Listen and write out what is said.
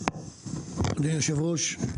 אדוני היושב-ראש,